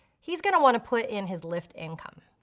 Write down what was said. he's gonna want to put in his lyft income.